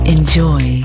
Enjoy